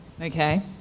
okay